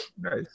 nice